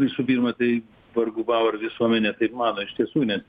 visų pirma tai vargu bau ar visuomenė taip mano iš tiesų nes